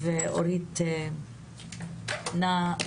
בקצרה, בבקשה.